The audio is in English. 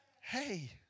hey